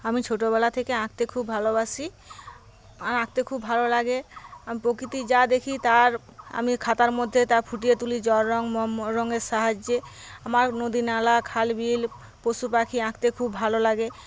আমি ছোটোবেলা থেকে আঁকতে খুব ভালোবাসি আমার আঁকতে খুব ভালো লাগে প্রকৃতি যা দেখি তার আমি খাতার মধ্যে তা ফুটিয়ে তুলি জল রঙ মোম রঙের সাহায্যে আমার নদী নালা খালা বিল পশু পাখি আঁকতে খুব ভালো লাগে